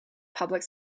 public